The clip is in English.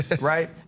Right